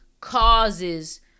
causes